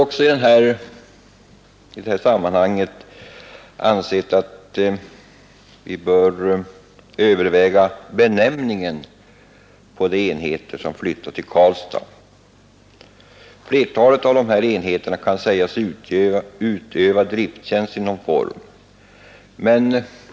Utskottet har i detta sammanhang också ansett sig böra överväga den sammanfattande benämningen på de enheter som flyttar till Karlstad. Flertalet av dessa enheter kan sägas utöva drifttjänst i någon form.